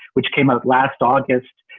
which came out last august.